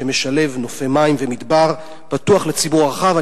שמשלב נופי מים ומדבר פתוח לציבור הרחב?